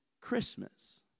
Christmas